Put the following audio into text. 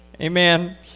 Amen